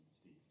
Steve